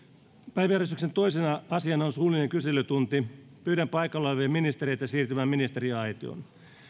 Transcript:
päiväjärjestyksen toisena asiana on suullinen kyselytunti pyydän paikalla olevia ministereitä siirtymään ministeriaitioon